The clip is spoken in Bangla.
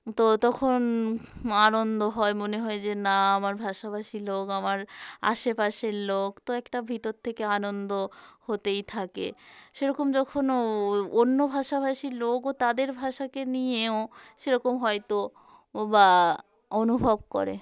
তো তখন আনন্দ হয় মনে হয় যে না আমার ভাষাভাষীর লোক আমার আশেপাশের লোক তো একটা ভিতর থেকে আনন্দ হতেই থাকে সেরকম যখন অন্য ভাষাভাষীর লোকও তাদের ভাষাকে নিয়েও সেরকম হয়তো বা অনুভব করে